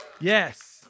Yes